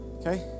okay